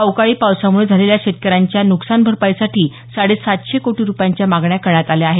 अवकाळी पावसामुळे झालेल्या शेतकऱ्यांच्या नुकसान भरपाईसाठी साडे सातशे कोटी रुपयांच्या मागण्या करण्यात आल्या आहेत